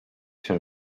się